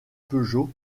peugeot